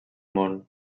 món